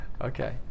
Okay